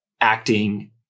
acting